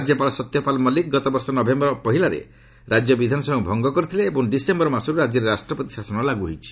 ରାଜ୍ୟପାଳ ସତ୍ୟପାଲ ମଲ୍ତିକ ଗତବର୍ଷ ନଭେମ୍ବର ପହିଲାରେ ରାଜ୍ୟ ବିଧାନସଭାକୁ ଭଙ୍ଗ କରିଥିଲେ ଏବଂ ଡିସେମ୍ବର ମାସର୍ ରାଜ୍ୟରେ ରାଷ୍ଟ୍ରପତି ଶାସନ ଲାଗ୍ର ହୋଇଛି